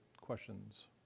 questions